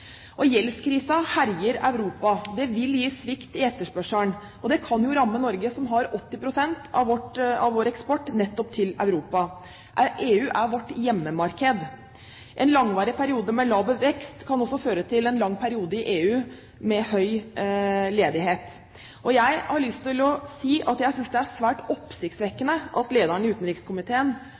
herjer i Europa. Det vil gi svikt i etterspørselen. Og det kan ramme Norge – 80 pst. av vår eksport går nettopp til Europa. EU er vårt hjemmemarked. En lang periode med laber vekst kan også føre til en lang periode med høy ledighet i EU. Og jeg har lyst til å si at jeg synes det er svært oppsiktsvekkende at lederen av utenrikskomiteen